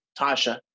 Tasha